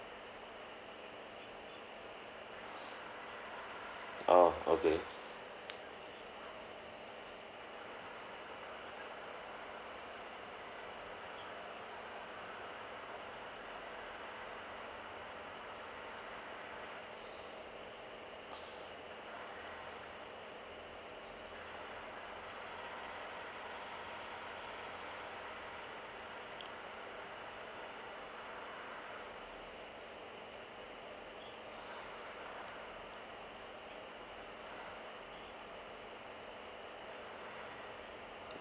orh okay